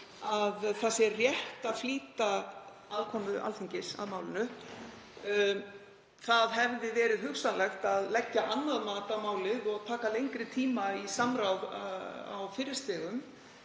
að rétt sé að flýta aðkomu Alþingis að málinu. Það hefði verið hugsanlegt að leggja annað mat á málið og taka lengri tíma í samráð á fyrri stigum.